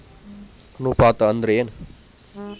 ಅನುಪಾತ ಅಂದ್ರ ಏನ್?